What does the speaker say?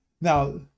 now